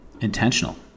intentional